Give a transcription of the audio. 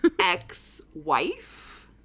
ex-wife